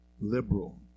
liberal